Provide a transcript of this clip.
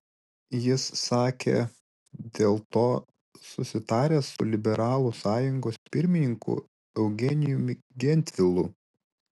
jis sakė dėl to susitaręs su liberalų sąjungos pirmininku eugenijumi gentvilu